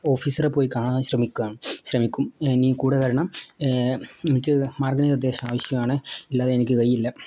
ഓഫീസരെ പോയി കാണാൻ ശ്രമിക്കാൻ ശ്രമിക്കും നീ കൂടെ വരണം എനിക്ക് മാർഗ്ഗനിർദ്ദേശം ആവശ്യമാണ് ഇല്ലാതെ എനിക്ക് കഴിയില്ല